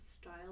style